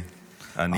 לקריאה ראשונה.